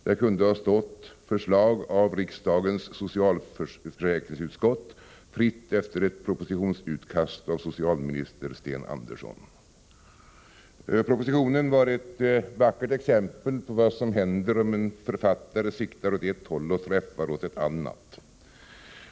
Det kunde ha stått Förslag av riksdagens socialförsäkringsutskott, fritt efter ett propositionsutkast av socialminister Sten Andersson. Propositionen var ett vackert exempel på vad som händer om en författare siktar åt ett håll och träffar på ett annat.